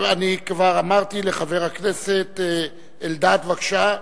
אני כבר אמרתי לחבר הכנסת אלדד, בבקשה,